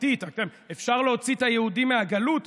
אפשר להוציא את היהודי מהגלות,